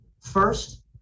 first